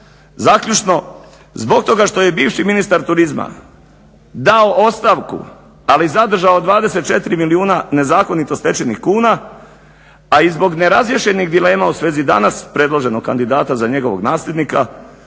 Zaključno zbog toga što je bivši ministar turizma dao ostavku ali zadržao 24 milijuna nezakonito stečenih kuna a i zbog nerazriješenih dilema u svezi danas predloženog kandidata za njegovog nasljednika